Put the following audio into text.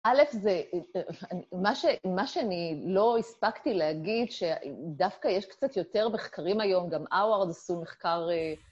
א', מה שאני לא הספקתי להגיד, שדווקא יש קצת יותר מחקרים היום, גם האווארד עשו מחקר...